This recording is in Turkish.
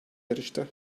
yarıştı